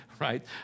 right